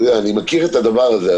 אני מכיר את הדבר הזה,